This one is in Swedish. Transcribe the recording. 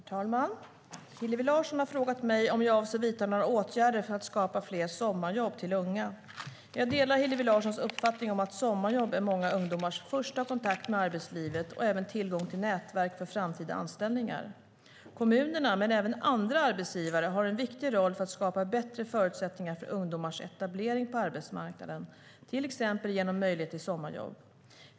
Herr talman! Hillevi Larsson har frågat mig om jag avser att vidta några åtgärder för att skapa fler sommarjobb till unga. Jag delar Hillevi Larssons uppfattning att sommarjobb är många ungdomars första kontakt med arbetslivet och även tillgång till nätverk för framtida anställningar. Kommunerna, men även andra arbetsgivare, har en viktig roll för att skapa bättre förutsättningar för ungdomars etablering på arbetsmarknaden, till exempel genom möjlighet till sommarjobb.